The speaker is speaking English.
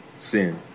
sin